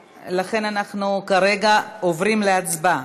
ולכן אנחנו כרגע עוברים להצבעה.